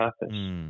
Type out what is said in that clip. purpose